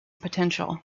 potential